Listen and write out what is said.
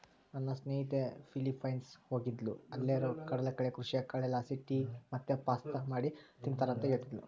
ನನ್ನ ಸ್ನೇಹಿತೆ ಫಿಲಿಪೈನ್ಸ್ ಹೋಗಿದ್ದ್ಲು ಅಲ್ಲೇರು ಕಡಲಕಳೆ ಕೃಷಿಯ ಕಳೆಲಾಸಿ ಟೀ ಮತ್ತೆ ಪಾಸ್ತಾ ಮಾಡಿ ತಿಂಬ್ತಾರ ಅಂತ ಹೇಳ್ತದ್ಲು